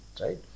right